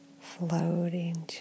floating